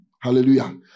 Hallelujah